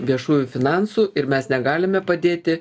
viešųjų finansų ir mes negalime padėti